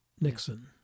Nixon